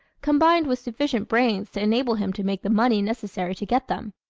combined with sufficient brains to enable him to make the money necessary to get them.